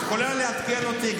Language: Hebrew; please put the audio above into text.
את יכולה לעדכן אותי,